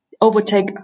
overtake